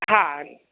हा